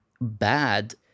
bad